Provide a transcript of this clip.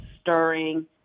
stirring